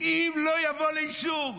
אם לא יבוא לאישור.